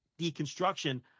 deconstruction